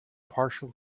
partial